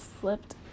slipped